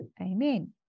Amen